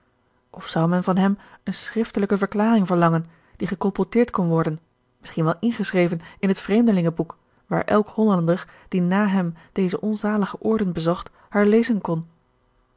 zou men van hem eene schriftelijke verklaring verlangen die gecolporteerd kon worden misschien wel ingeschreven in het vreemdelingenboek waar elk hollander die na hem deze onzalige oorden bezocht haar lezen kon